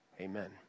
Amen